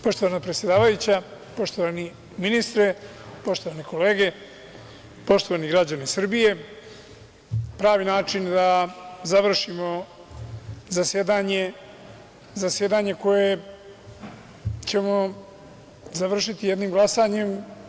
Poštovana predsedavajuća, poštovani ministre, poštovane kolege, poštovani građani Srbije, pravi način da završimo zasedanje, zasedanje koje ćemo završiti jednim glasanjem.